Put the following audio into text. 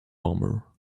bomber